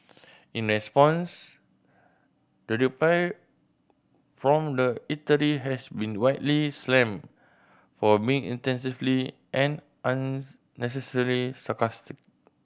in response the reply from the eatery has been widely slammed for being and unnecessarily sarcastic